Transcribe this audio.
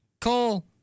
Cole